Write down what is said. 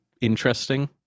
interesting